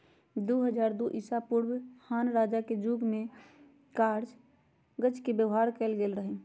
दू हज़ार दू ईसापूर्व में हान रजा के जुग में कागज के व्यवहार कएल गेल रहइ